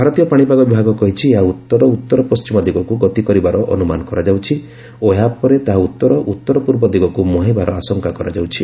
ଭାରତୀୟ ପାଣିପାଗ ବିଭାଗ କହିଛି ଏହା ଉତ୍ତର ଉତ୍ତରପଣ୍ଢିମ ଦିଗକୁ ଗତି କରିବାର ଅନୁମାନ କରାଯାଉଛି ଓ ଏହାପରେ ତାହା ଉତ୍ତରପୂର୍ବ ଦିଗକୁ ମୁହାଁଇବାର ଆଶଙ୍କା କରାଯାଉଛି